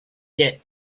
get